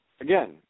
again